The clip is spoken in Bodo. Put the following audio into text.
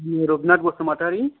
निरुपनाथ बसुमतारी